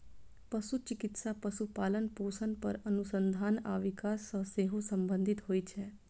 पशु चिकित्सा पशुपालन, पोषण पर अनुसंधान आ विकास सं सेहो संबंधित होइ छै